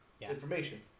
information